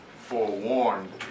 forewarned